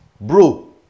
bro